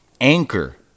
anchor